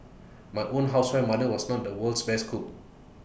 my own housewife mother was not the world's best cook